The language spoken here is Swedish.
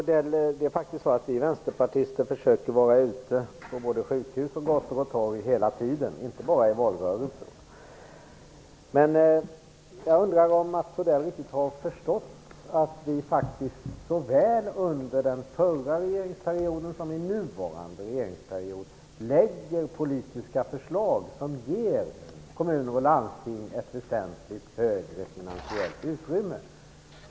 Herr talman! Mats Odell, vi vänsterpartister försöker faktiskt vara ute på både sjukhus och gator och torg hela tiden, inte bara i valrörelsen. Jag undrar om Mats Odell riktigt har förstått att vi såväl under den förra regeringsperioden som under nuvarande regeringsperiod har lagt fram politiska förslag som ger kommuner och landsting ett väsentligt större finansiellt utrymme.